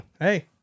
Hey